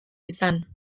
izan